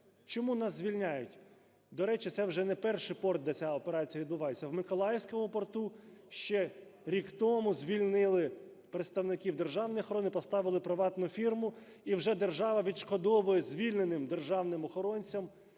Чому нас звільняють?" До речі, це вже не перший порт, де ця операція відбувається. В Миколаївському порту ще рік тому звільнили представників державної охорони і поставили приватну фірму, і вже держава відшкодовує звільненим державним охоронцям